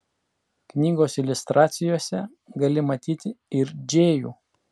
knygos iliustracijose gali matyti ir džėjų